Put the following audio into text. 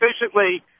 efficiently